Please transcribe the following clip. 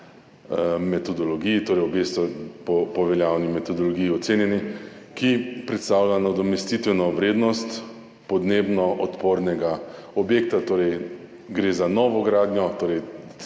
metodologiji, torej obe sta po veljavni metodologiji ocenjeni, ki predstavlja nadomestitveno vrednost podnebno odpornega objekta, torej gre za novogradnjo. Torej,